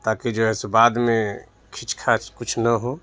تاکہ جو ہے سو بعد میں کھینچ کھانچ کچھ نہ ہو